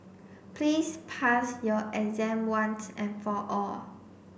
please pass your exam once and for all